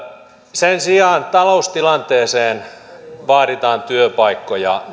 sen sijaan taloustilanteeseen vaaditaan työpaikkoja